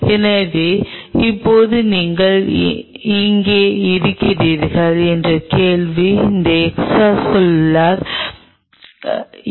எனவே இப்போது நீங்கள் எங்கு இறங்குகிறீர்கள் என்ற கேள்வி அந்த எக்ஸ்ட்ரா செல்லுலார் ஈ